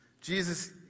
Jesus